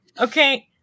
Okay